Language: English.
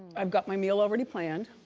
i've got my meal already planned.